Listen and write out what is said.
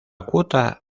cuota